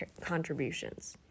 contributions